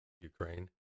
Ukraine